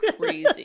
crazy